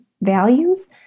values